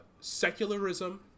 secularism